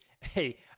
Hey